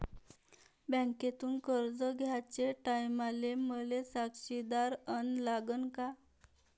बँकेतून कर्ज घ्याचे टायमाले मले साक्षीदार अन लागन का?